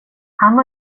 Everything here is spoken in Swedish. han